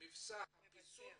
מבצע הפיצול,